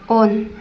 on